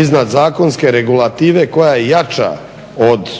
iznad zakonske regulative koja je jača od